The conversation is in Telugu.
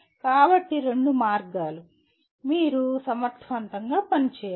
కాబట్టి రెండు మార్గాలు మీరు సమర్థవంతంగా పనిచేయాలి